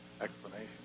explanation